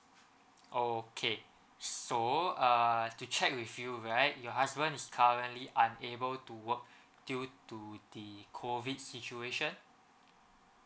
okay so err to check with you right your husband is currently unable to work due to the COVID situation